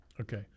Okay